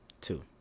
Two